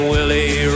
Willie